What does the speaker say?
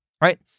right